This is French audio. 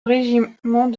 régiment